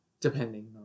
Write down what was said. Depending